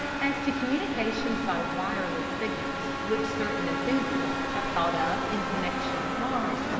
as to communications by wireless' signals, which certain enthusiasts have thought of in connection with mars,